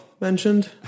mentioned